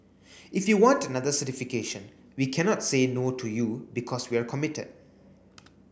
if you want another certification we cannot say no to you because we're committed